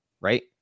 right